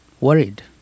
worried